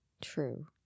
True